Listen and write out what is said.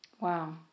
Wow